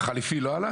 החליפי לא עלה?